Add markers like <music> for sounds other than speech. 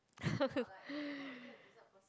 <laughs>